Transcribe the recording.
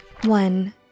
One